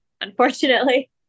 unfortunately